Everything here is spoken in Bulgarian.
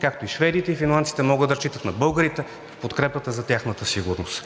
както и шведите и финландците могат да разчитат на българите в подкрепата за тяхната сигурност.